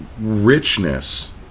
richness